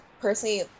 personally